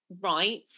right